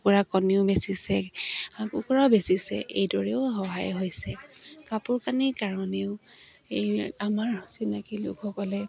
কুকুৰা কণীও বেচিছে কুকুৰাও বেচিছে এইদৰেও সহায় হৈছে কাপোৰ কানিৰ কাৰণেও এই আমাৰ চিনাকি লোকসকলে